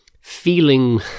feeling